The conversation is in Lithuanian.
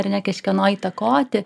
ar ne kažkieno įtakoti